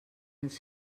els